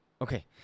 Okay